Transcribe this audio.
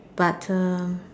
but uh